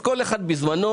כל אחד בזמנו,